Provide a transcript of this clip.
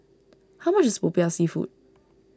how much is Popiah Seafood